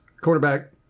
quarterback